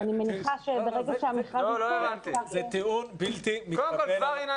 אני מניחה שברגע שהמכרז ייצא --- זה טיעון בלתי מתקבל על הדעת.